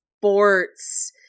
sports